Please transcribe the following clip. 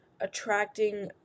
attracting